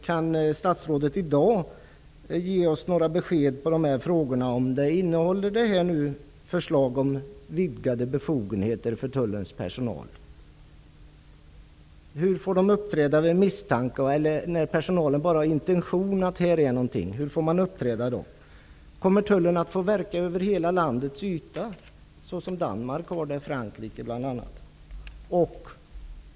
Kan statsrådet i dag ge oss några besked om huruvida rapporten innehåller förslag om vidgade befogenheter för Tullens personal? Hur får personalen uppträda om de misstänker eller bara får en intention om att något är på gång? Kommer Tullen att få verka över hela landets yta såsom i Danmark och Frankrike bl.a.?